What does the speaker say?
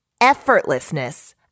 effortlessness